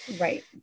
Right